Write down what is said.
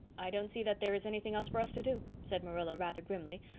i don't see that there is anything else for us to do, said marilla rather grimly,